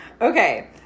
Okay